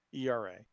ERA